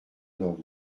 anormaux